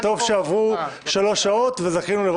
בהסדר רגיל דובר על כך שזה 50% שלוש שנים קדימה ומקזזים מן